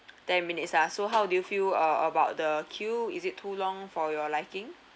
ten minutes ah so how did you feel uh about the queue is it too long for your liking